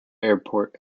airport